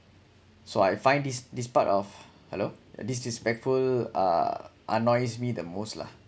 so I find this this part of hello disrespectful uh annoys me the most lah